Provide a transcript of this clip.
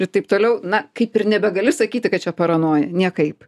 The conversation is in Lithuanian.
ir taip toliau na kaip ir nebegali sakyti kad čia paranoja niekaip